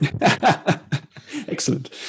excellent